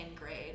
grade